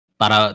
para